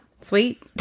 Sweet